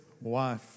wife